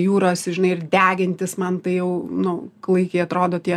jūros žinai ir degintis man tai jau nu klaikiai atrodo tie